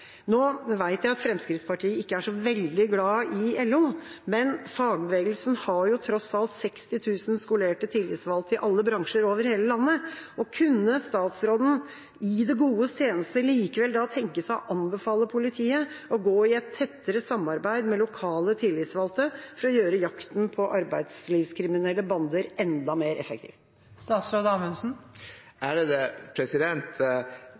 Jeg vet at Fremskrittspartiet ikke er så veldig glad i LO, men fagbevegelsen har tross alt 60 000 skolerte tillitsvalgte i alle bransjer over hele landet. Kunne statsråden – i det godes tjeneste – likevel tenke seg å anbefale politiet å gå i et tettere samarbeid med lokale tillitsvalgte for å gjøre jakten på arbeidslivskriminelle bander enda mer effektiv?